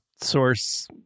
source